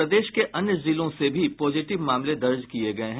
प्रदेश के अन्य जिलों से भी पॉजिटिव मामले दर्ज किये गये हैं